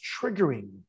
triggering